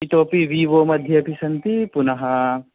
इतोऽपि वीवो मध्येऽपि सन्ति पुनः